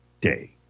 day